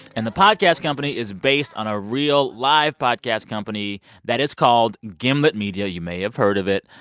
and the podcast company is based on a real, live podcast company that is called gimlet media. you may have heard of it.